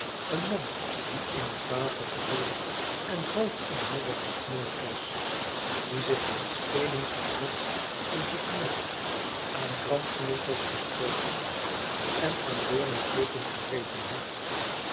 een man die in het water geweekt enhalfinmodder gesmoord was die zich aan steenen gekwetst en gekneusd aan brandnetels gestoken en aan doornen opgereten had